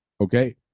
Okay